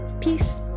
peace